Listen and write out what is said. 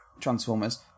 Transformers